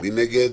מי נגד?